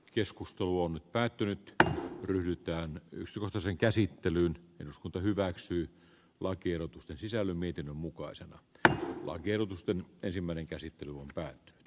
keskustelu on nyt päättynyt yllyttää yks luotosen käsittelyyn eduskunta hyväksyi lakiehdotusten sisällön miten mukaisena että lakiehdotusten ensimmäinen kehitystä on pää e